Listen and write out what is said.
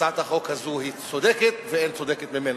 הצעת החוק הזאת היא צודקת, ואין צודקת ממנה.